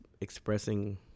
expressing